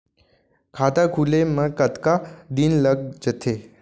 खाता खुले में कतका दिन लग जथे?